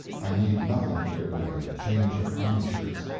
i need nothing here but a change of army shirts,